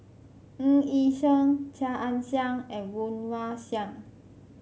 Ng Yi Sheng Chia Ann Siang and Woon Wah Siang